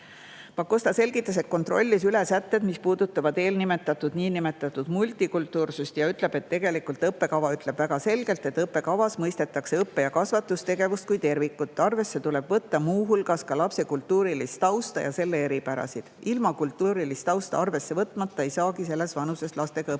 Pakosta selgitas, et kontrollis üle sätted, mis puudutavad eespool mainitud niinimetatud multikultuursust, ja ütles, et õppekava ütleb väga selgelt, et õppekavas mõistetakse õppe‑ ja kasvatustegevust kui tervikut. Arvesse tuleb võtta muu hulgas ka lapse kultuurilist tausta ja selle eripärasid. Ilma kultuurilist tausta arvesse võtmata ei saagi selles vanuses lastega õppetööd